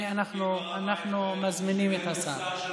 אנחנו מסתפקים ברב אייכלר.